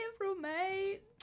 roommate